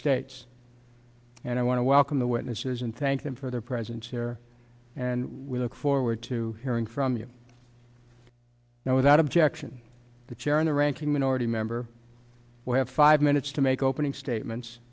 states and i want to welcome the witnesses and thank them for their presence there and we look forward to hearing from you now without objection the chair in the ranking minority member will have five minutes to make opening statements